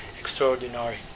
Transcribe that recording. extraordinary